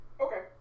Okay